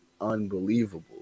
unbelievable